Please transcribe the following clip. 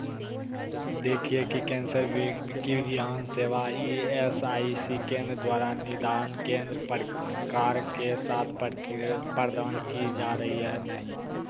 देखें कि कैंसर विज्ञान सेवा ई एस आई सी केंद्र द्वारा निदान केंद्र प्रकार के साथ पर्की प्रदान की जा रही है या नहीं